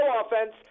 offense